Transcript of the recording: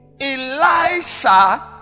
Elisha